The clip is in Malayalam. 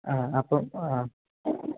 ആ അപ്പം ആ